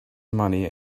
money